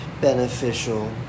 beneficial